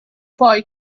poi